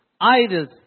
idols